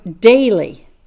daily